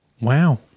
Wow